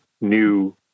new